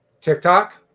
TikTok